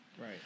Right